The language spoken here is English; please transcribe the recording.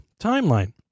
timeline